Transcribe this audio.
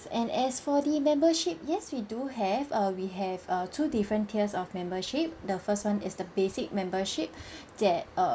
and as for the membership yes we do have err we have err two different tiers of membership the first [one] is the basic membership that err